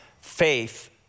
faith